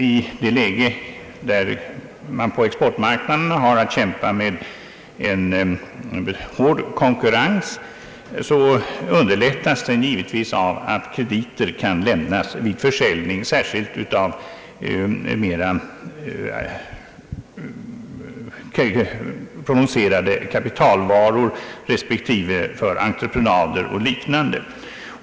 I ett läge där man på exportmarknaderna har att kämpa med en hård konkurrens underlättas exporten givetvis av att krediter lämnas vid försäljning, särskilt vid försäljning av mera prononcerade kapitalvaror respektive vid entreprenader och liknande.